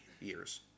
years